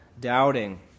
doubting